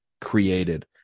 created